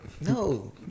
No